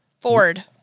Ford